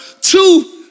two